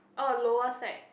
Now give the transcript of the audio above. orh lower sec